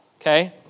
okay